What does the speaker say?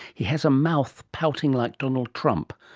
he has a mouth pouting like donald trump.